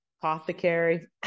Apothecary